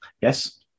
Yes